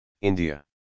India